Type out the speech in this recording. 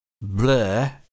blur